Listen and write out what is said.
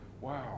wow